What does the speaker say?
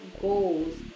goals